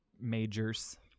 majors